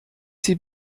sie